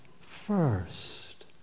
first